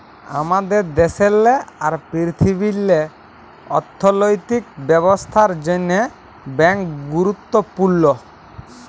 আমাদের দ্যাশেল্লে আর পীরথিবীল্লে অথ্থলৈতিক ব্যবস্থার জ্যনহে ব্যাংক গুরুত্তপুর্ল